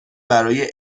برای